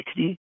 60